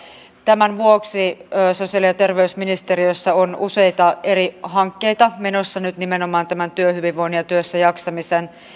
tämän vuoksi sosiaali ja terveysministeriössä on useita eri hankkeita menossa nyt nimenomaan tämän työhyvinvoinnin ja työssä jaksamisen